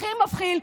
הכי מבחיל,